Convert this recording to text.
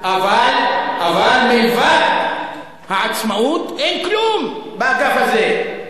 אבל מלבד העצמאות אין כלום באגף הזה,